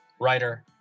writer